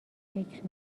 فکر